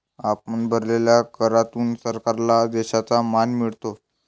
आपण भरलेल्या करातून सरकारला देशाचा मान मिळतो